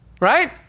Right